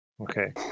Okay